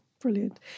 Brilliant